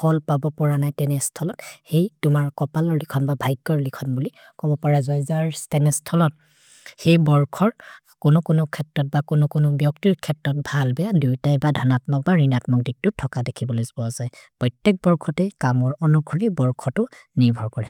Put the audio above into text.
भोल् बबो पोर न तेने श्थोलो, हेइ तुमर् कपल् लो लिखन् ब भैकर् लिखन् बोलि, कोमो पर जोइ जर् स्तेने श्थोलो। हेइ बोर् खतु, कोनो-कोनो खेत्त ब कोनो-कोनो ब्योक्तिल् खेत्त ब भाल् बेअ, दुयुते ब धनत्म ब रेनत्म दिक्तु तक दे खि बोलिस् बोअशेइ। भोइ तेक् बोर् खतु एकु कमो ओनो कोरि बोर् खतु नेभर् कोरे।